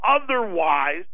otherwise